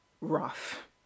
rough